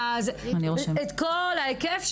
את כל ההיקף.